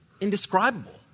indescribable